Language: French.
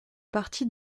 partie